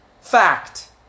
fact